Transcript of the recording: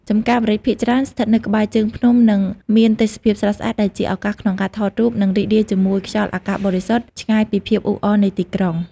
ចម្ការម្រេចភាគច្រើនស្ថិតនៅក្បែរជើងភ្នំ និងមានទេសភាពស្រស់ស្អាត ដែលជាឱកាសក្នុងការថតរូប និងរីករាយជាមួយខ្យល់អាកាសបរិសុទ្ធ ឆ្ងាយពីភាពអ៊ូអរនៃទីក្រុង ។